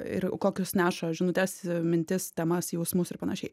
ir kokius neša žinutes mintis temas jausmus ir panašiai